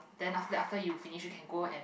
then after after you finish you can go and